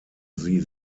sie